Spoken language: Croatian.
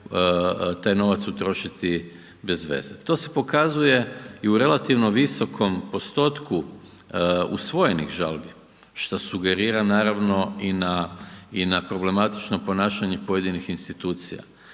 taj novac utrošiti bez veze. To se pokazuje i u relativno visokom postotku usvojenih žalbi šta sugerira naravno i na problematično ponašanje pojedinih institucija.